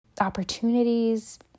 opportunities